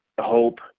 hope